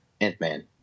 Ant-Man